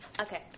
Okay